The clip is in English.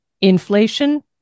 inflation